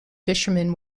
fishermen